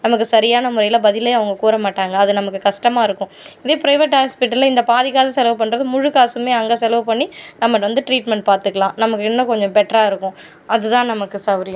நமக்கு சரியான முறையில் பதிலே அவங்க கூறமாட்டாங்கள் அது நமக்கு கஷ்டமாக இருக்கும் இதே ப்ரைவேட் ஹாஸ்பிட்டலில் இந்த பாதி காசு செலவு பண்ணுறது முழு காசுமே அங்கே செலவு பண்ணி நம்ம வந்து ட்ரீட்மெண்ட் பார்த்துக்கலாம் நமக்கு இன்னும் கொஞ்சம் பெட்ராக இருக்கும் அது தான் நமக்கு சவுகரியம்